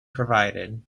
provided